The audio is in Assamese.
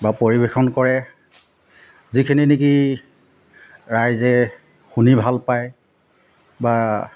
বা পৰিৱেশন কৰে যিখিনি নেকি ৰাইজে শুনি ভালপায় বা